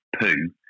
poo